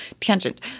tangent